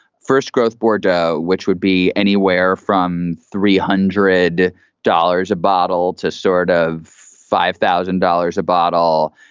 first growth bordeaux, which would be anywhere from three hundred dollars a bottle to sort of five thousand dollars a bottle.